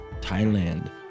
Thailand